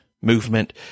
movement